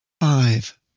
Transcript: Five